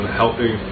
helping